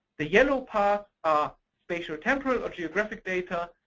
the yellow part ah spatial temporal, or geographic data,